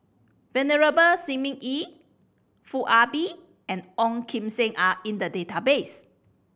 Venerable Shi Ming Yi Foo Ah Bee and Ong Kim Seng are in the database